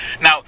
Now